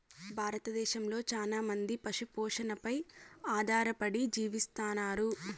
భారతదేశంలో చానా మంది పశు పోషణపై ఆధారపడి జీవిస్తన్నారు